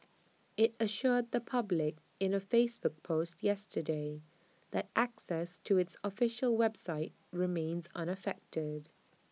IT assured the public in A Facebook post yesterday that access to its official website remains unaffected